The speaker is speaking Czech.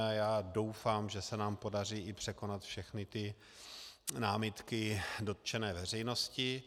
Já doufám, že se nám podaří i překonat všechny námitky dotčené veřejnosti.